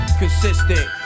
consistent